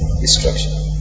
destruction